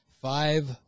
Five